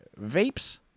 vapes